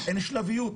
אין שלביות.